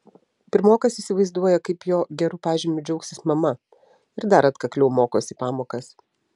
pirmokas įsivaizduoja kaip jo geru pažymiu džiaugsis mama ir dar atkakliau mokosi pamokas